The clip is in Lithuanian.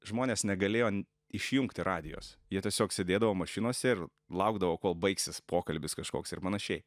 žmonės negalėjo išjungti radijos jie tiesiog sėdėdavo mašinose ir laukdavo kol baigsis pokalbis kažkoks ir panašiai